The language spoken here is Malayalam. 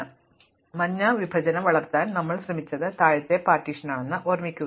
അതിനാൽ മഞ്ഞ വിഭജനം വളർത്താൻ ഞങ്ങൾ ശ്രമിച്ചത് താഴത്തെ പാർട്ടീഷനാണെന്ന് ഓർമ്മിക്കുക